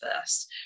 first